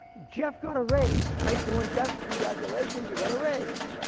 jeff got a raise. nice going, jeff. congratulations, you got a raise.